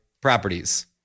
properties